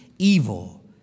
evil